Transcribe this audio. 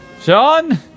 Sean